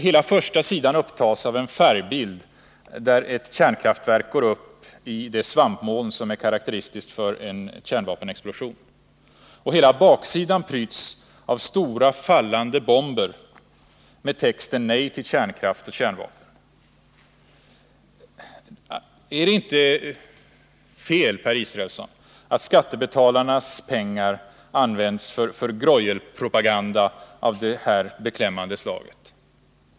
Hela förstasidan upptas av en färgbild där ett kärnkraftverk går upp i det svampmoln som är karakteristiskt för en kärnvapenexplosion, och hela baksidan pryds av stora fallande bomber samt texten: Nej till kärnkraft och kärnvapen. Är det inte fel, Per Israelsson, att skattebetalarnas pengar används för greuelpropaganda av det här skrämmande slaget?